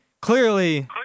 clearly